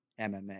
MMA